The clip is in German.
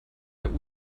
der